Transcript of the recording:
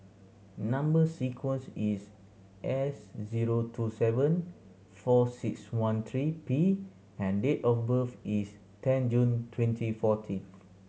number sequence is S zero two seven four six one three P and date of birth is ten June twenty fourteen